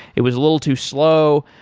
it was a little too slow.